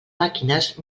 màquines